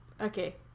Okay